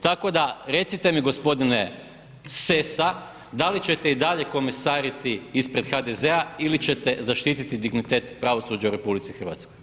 Tako da recite mi gospodine Sessa da li ćete i dalje komesariti ispred HDZ-a ili ćete zaštititi dignitet pravosuđa u RH?